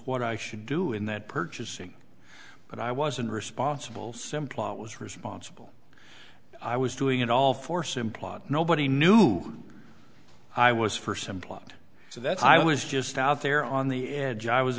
what i should do in that purchasing but i wasn't responsible simplot was responsible i was doing it all for simplot nobody knew i was for some plot so that's i was just out there on the edge i was